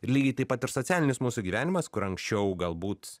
ir lygiai taip pat ir socialinis mūsų gyvenimas kur anksčiau galbūt